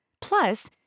Plus